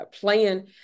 playing